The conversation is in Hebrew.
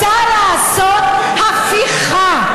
רוצה לעשות הפיכה.